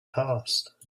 past